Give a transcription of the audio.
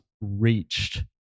reached